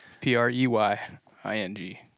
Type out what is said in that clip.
p-r-e-y-i-n-g